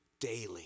daily